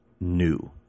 new